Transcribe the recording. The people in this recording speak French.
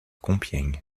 compiègne